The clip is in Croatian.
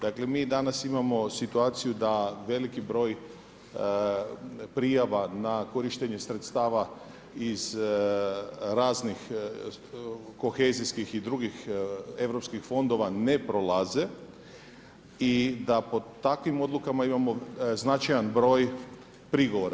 Dakle, mi danas imamo situaciju da veliki broj prijava na korištenje sredstava iz raznih kohezijskih i drugih europskih fondova ne prolaze i da pod takvim odlukama imamo značajan broj prigovora.